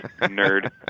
Nerd